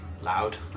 loud